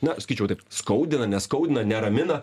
na sakyčiau taip skaudina ne skaudina neramina